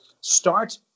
start